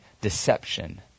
deception